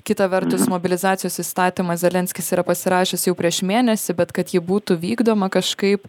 kita vertus mobilizacijos įstatymą zelenskis yra pasirašęs jau prieš mėnesį bet kad ji būtų vykdoma kažkaip